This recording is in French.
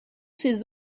ces